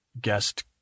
guest